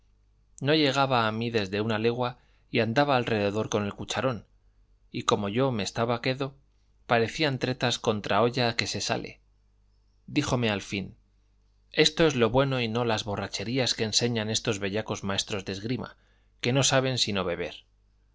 no llegaba a mí desde una legua y andaba alrededor con el cucharón y como yo me estaba quedo parecían tretas contra olla que se sale díjome al fin esto es lo bueno y no las borracherías que enseñan estos bellacos maestros de esgrima que no saben sino beber